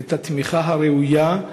את התמיכה הראויה,